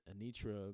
Anitra